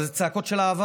אבל זה צעקות של אהבה,